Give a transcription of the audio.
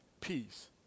peace